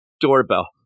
doorbell